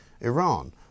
Iran